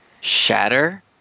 Shatter